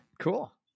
Cool